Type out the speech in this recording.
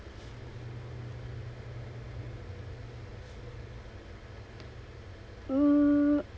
mm